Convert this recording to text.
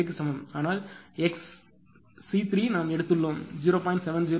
758 க்கு சமம் ஆனால் xc3 நாம் எடுத்துள்ளோம் 0